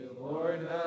Lord